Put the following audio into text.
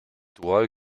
dual